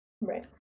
Right